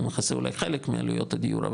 הוא מכסה אולי חלק מהעליות הדיור,